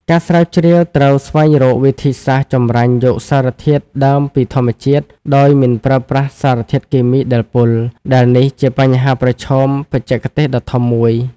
អ្នកស្រាវជ្រាវត្រូវស្វែងរកវិធីសាស្ត្រចម្រាញ់យកសារធាតុដើមពីធម្មជាតិដោយមិនប្រើប្រាស់សារធាតុគីមីដែលពុល ដែលនេះជាបញ្ហាប្រឈមបច្ចេកទេសដ៏ធំមួយ។